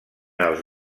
els